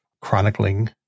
chronicling